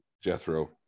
Jethro